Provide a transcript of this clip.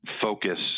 focus